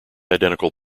identical